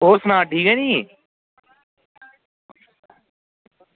होर सना ठीक ऐ नी